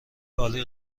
عالی